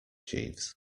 jeeves